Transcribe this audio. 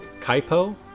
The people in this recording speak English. Kaipo